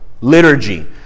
Liturgy